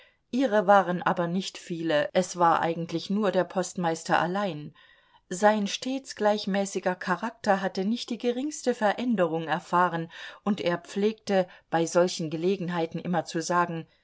ihrer waren aber nicht viele es war eigentlich nur der postmeister allein sein stets gleichmäßiger charakter hatte nicht die geringste veränderung erfahren und er pflegte bei solchen gelegenheiten immer zu sagen